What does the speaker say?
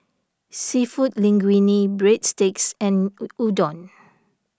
Seafood Linguine Breadsticks and Udon